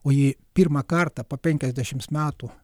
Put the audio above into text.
o ji pirmą kartą po penkesdiašimt metų